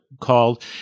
called